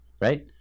Right